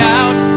out